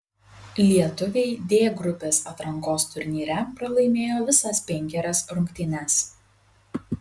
lietuviai d grupės atrankos turnyre pralaimėjo visas penkerias rungtynes